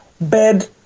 bed